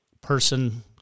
person